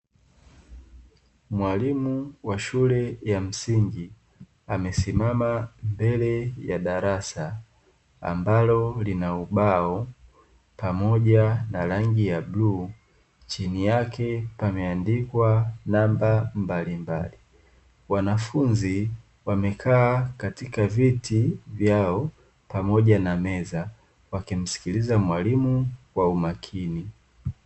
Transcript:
Mwalimu wa shule ya msingi, amesimama mbele ya darasa ambalo lina ubao pamoja na rangi ya bluu, chini yake pameandikwa namba mbalimbali. Wanafunzi wamekaa katika viti vyao pamoja na meza, wakimsikiliza mwalimu kwa umakini.